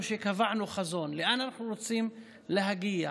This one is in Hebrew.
זה שקבענו חזון לאן אנחנו רוצים להגיע.